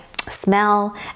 smell